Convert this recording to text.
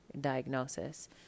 diagnosis